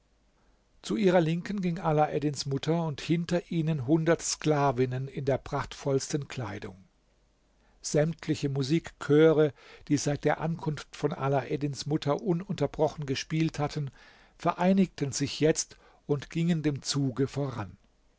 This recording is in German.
zu ihrer linken ging alaeddins mutter und hinter ihnen hundert sklavinnen in der prachtvollsten kleidung sämtliche musikchöre die seit der ankunft von alaeddins mutter ununterbrochen gespielt hatten vereinigten sich jetzt und gingen dem zuge voran